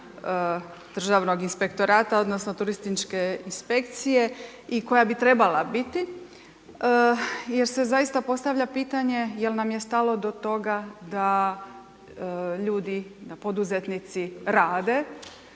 Državnog inspektorata, odnosno turističke inspekcije i koja bi trebala biti jer se zaista postavlja pitanje je li nam stalo do toga da ljudi, da poduzetnici rade,